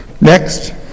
Next